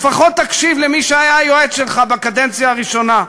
לפחות תקשיב למי שהיה היועץ שלך בקדנציה הראשונה,